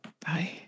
bye